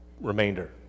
remainder